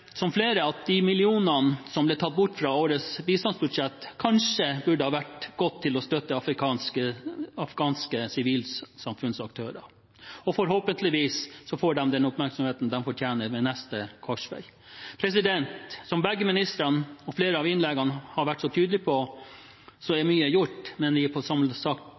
som flere at de millionene som ble tatt bort fra årets bistandsbudsjett, kanskje burde ha gått til å støtte afghanske sivilsamfunnsaktører. Forhåpentligvis får de den oppmerksomheten de fortjener ved neste korsvei. Som begge ministrene og flere av innleggene har vært så tydelige på, er mye gjort, men vi er på